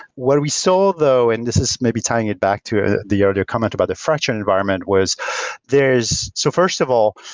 what we saw though, and this this may be tying it back to ah your comment about the fractured environment, was there's so first of all,